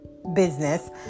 business